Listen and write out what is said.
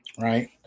right